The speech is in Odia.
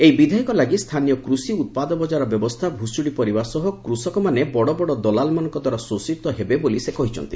ଏହି ବିଧେୟକ ଲାଗି ସ୍ଥାନୀୟ କୃଷି ଉତ୍ପାଦ ବଜାର ବ୍ୟବସ୍ଥା ଭୁଶୁଡ଼ି ପଡ଼ିବା ସହ କୃଷକମାନେ ବଡ଼ବଡ଼ ଦଲାଲମାନଙ୍କ ଦ୍ୱାରା ଶୋଷ ହେବେ ବୋଲି ସେ କହିଛନ୍ତି